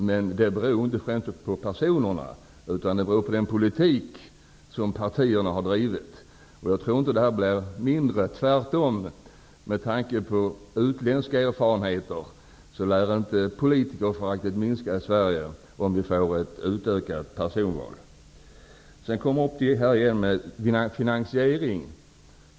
Men det beror inte främst på personerna, utan på den politik partierna har drivit. Jag tror inte att det blir mindre med ett sådant här system, tvärtom. Med tanke på utländska erfarenheter lär inte politikerföraktet minska i Sverige om vi får ett utökat inslag av personval. Sedan har vi finansieringen.